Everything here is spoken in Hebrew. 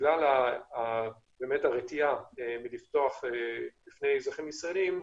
בגלל הרתיעה מלפתוח בפני אזרחים ישראלים,